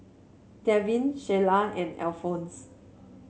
Devin Shiela and Alphons